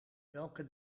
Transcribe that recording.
welke